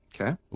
Okay